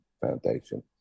foundation